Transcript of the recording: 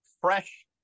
fresh